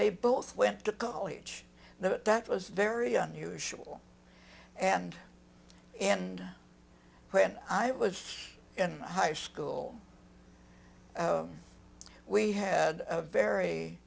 they both went to college that that was very unusual and and when i was in high school we had a very